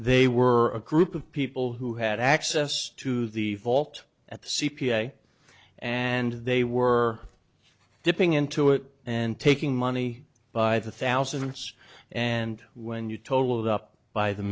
they were a group of people who had access to the vault at the c p a and they were dipping into it and taking money by the thousands and when you totaled up by the